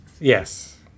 Yes